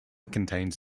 contains